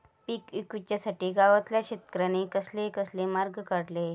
पीक विकुच्यासाठी गावातल्या शेतकऱ्यांनी कसले कसले मार्ग काढले?